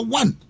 one